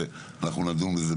שאנחנו נדון בזה,